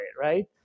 Right